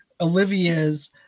Olivia's